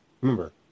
Remember